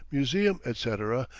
museum, etc,